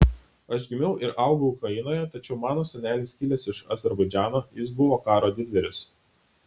aš gimiau ir augau ukrainoje tačiau mano senelis kilęs iš azerbaidžano jis buvo karo didvyris